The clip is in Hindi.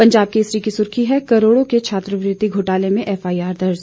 पंजाब केसरी की सुर्खी है करोड़ों के छात्रवृति घोटाले में एफआईआर दर्ज